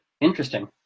Interesting